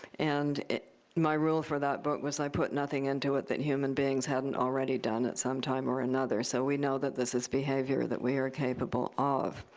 and my rule for that book was i put nothing into it that human beings hadn't already done at some time or another. so we know that this is behavior that we are capable of.